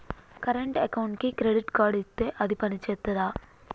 Current అకౌంట్కి credit card ఇత్తే అది పని చేత్తదా?